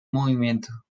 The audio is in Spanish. movimiento